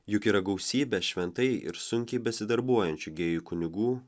juk yra gausybė šventai ir sunkiai besidarbuojančių gėjų kunigų